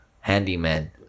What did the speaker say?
handyman